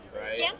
Right